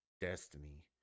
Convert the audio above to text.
Destiny